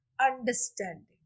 understanding